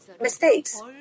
mistakes